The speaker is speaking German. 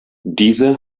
diese